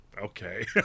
okay